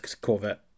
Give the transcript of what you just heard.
Corvette